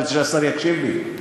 אני רוצה שהשר יקשיב לי.